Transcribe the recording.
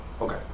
Okay